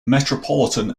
metropolitan